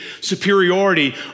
superiority